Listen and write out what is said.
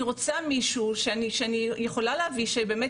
אני רוצה מישהו שאני יכולה להביא שבאמת